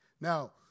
Now